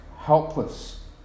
Helpless